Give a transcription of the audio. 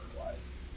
otherwise